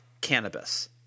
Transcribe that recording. cannabis